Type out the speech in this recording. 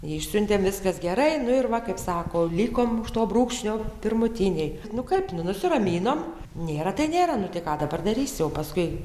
išsiuntėm viskas gerai nu ir va kaip sako likom už to brūkšnio pirmutiniai nu kaip nu nusiraminom nėra tai nėra nu tai ką dabar darysi o paskui